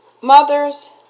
mothers